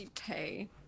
pay